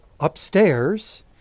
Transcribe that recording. upstairs